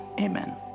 Amen